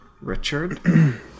Richard